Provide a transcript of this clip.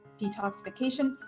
detoxification